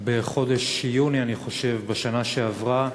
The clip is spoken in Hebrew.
בחודש יוני, אני חושב, בשנה שעברה.